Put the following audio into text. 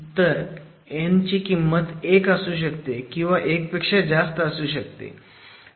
तर n ची किंमत 1 असू शकते किंवा 1 पेक्षा जास्त असू शकते